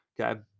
Okay